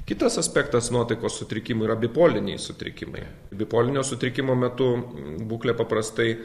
kitas aspektas nuotaikos sutrikimų yra bipoliniai sutrikimai bipolinio sutrikimo metu būklė paprastai